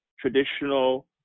traditional